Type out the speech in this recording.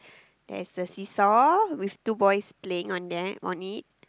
there's a see saw with two boys playing on them on it